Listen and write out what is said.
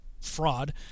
fraud